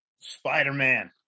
Spider-Man